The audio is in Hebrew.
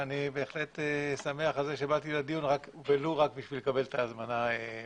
ואני בהחלט שמח על זה שבאתי לדיון ולו רק בשביל לקבל את ההזמנה ממך,